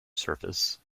surface